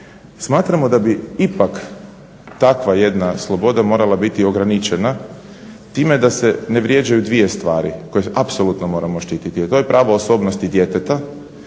Smatramo da bi ipak takva jedna sloboda morala biti ograničena time da se ne vrijeđaju dvije stvari koje apsolutno moramo štititi, a to je pravo osobnosti djeteta